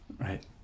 Right